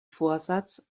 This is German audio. vorsatz